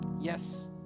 Yes